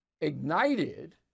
ignited